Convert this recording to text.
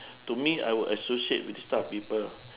to me I will associate with this type of people